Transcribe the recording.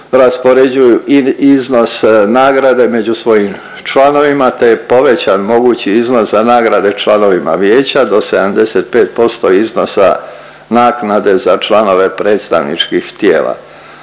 raspoređuju iznos nagrade među svojim članovima te je povećan mogući iznos za nagrade članovima vijeća do 75% iznosa naknade za članove predstavničkih tijela.